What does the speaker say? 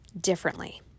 differently